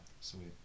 Sweet